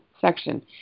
section